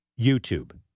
YouTube